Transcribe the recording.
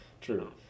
true